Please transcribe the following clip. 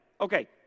Okay